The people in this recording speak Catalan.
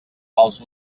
els